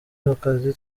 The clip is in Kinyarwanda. akazi